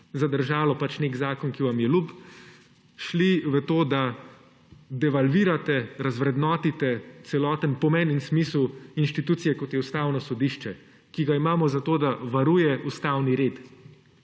zadržalo je nek zakon, ki vam je ljub, boste šli v to, da devalvirate, razvrednotite celoten pomen in smisel inštitucije, kot je Ustavno sodišče, ki ga imamo zato, da varuje ustavni red,